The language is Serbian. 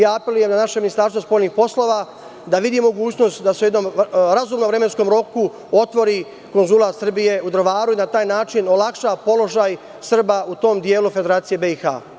Apelujem na naše Ministarstvo spoljnih poslova da vidi mogućnost da se u razumnom vremenskom roku otvori konzulat Srbije u Drvaru i na taj način olakša položaj Srba u tom delu Federacije BiH.